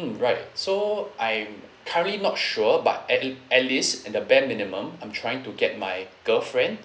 mm right so I'm currently not sure but at lea~ at least in the bare minimum I'm trying to get my girlfriend